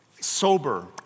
sober